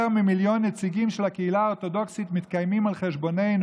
יותר ממיליון נציגים של הקהילה האורתודוקסית מתקיימים על חשבוננו,